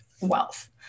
wealth